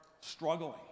struggling